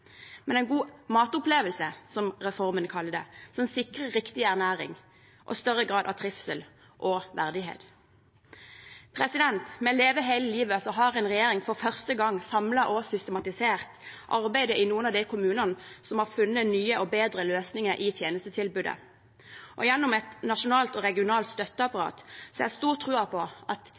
men en god matopplevelse, som reformen kaller det, som sikrer riktig ernæring og større grad av trivsel og verdighet. Med Leve hele livet har en regjering for første gang samlet og systematisert arbeidet i noen av de kommunene som har funnet nye og bedre løsninger i tjenestetilbudet. Gjennom et nasjonalt og regionalt støtteapparat har jeg stor tro på at